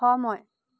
সময়